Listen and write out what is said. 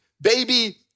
baby